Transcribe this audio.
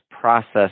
process